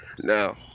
Now